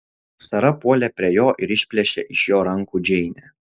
sara puolė prie jo ir išplėšė iš jo rankų džeinę